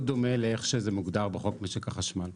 מאוד דומה לאיך שזה מוגדר בחוק משק החשמל.